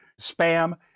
spam